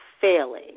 failing